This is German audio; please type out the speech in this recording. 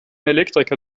elektriker